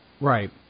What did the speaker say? Right